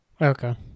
Okay